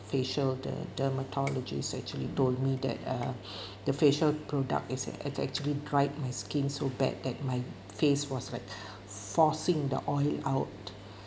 facial the dermatologist actually told me that uh the facial product is ac~ actually dried my skin so bad that my face was like forcing the oil out